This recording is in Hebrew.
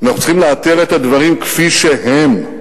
אנחנו צריכים לאתר את הדברים כפי שהם,